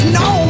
no